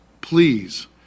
please